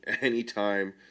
anytime